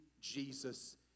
Jesus